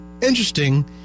interesting